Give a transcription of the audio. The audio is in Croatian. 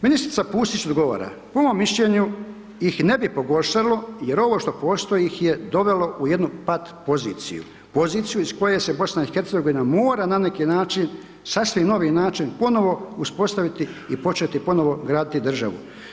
Ministrica Pusić odgovara, po mom mišljenju ih ne bi pogoršalo jer ovo što postoji ih je dovelo u jednu pat poziciju, poziciju iz koje se BiH mora na neki način, sasvim novi način, ponovo uspostaviti i početi ponovo graditi državu.